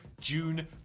June